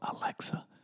Alexa